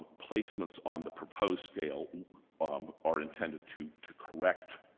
placements on the proposed scale um are intended to to correct,